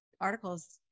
articles